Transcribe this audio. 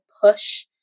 push